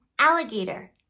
alligator